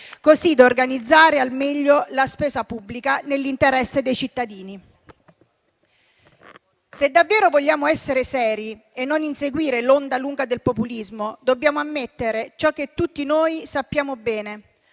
così da organizzare al meglio la spesa pubblica nell'interesse dei cittadini. Se davvero vogliamo essere seri e non inseguire l'onda lunga del populismo, dobbiamo ammettere ciò che tutti noi sappiamo bene,